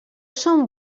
són